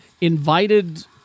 invited